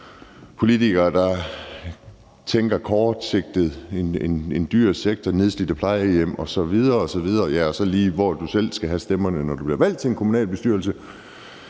politikere, der tænker kortsigtet, en dyr sektor, nedslidte plejehjem osv. osv. – og så lige, hvor du selv skal hente stemmerne, når du bliver valgt til en kommunalbestyrelse.